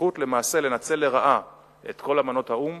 הזכות למעשה לנצל לרעה את כל אמנות האו"ם,